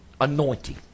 anointing